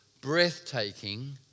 breathtaking